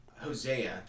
Hosea